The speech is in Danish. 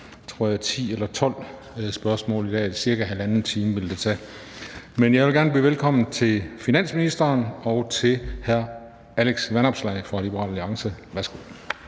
alt, tror jeg, 10 eller 12 spørgsmål i dag. Det vil tage cirka halvanden time. Jeg vil gerne byde velkommen til finansministeren og til hr. Alex Vanopslagh fra Liberal Alliance. Kl.